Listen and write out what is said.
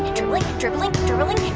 dribbling, dribbling, dribbling